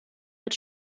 wird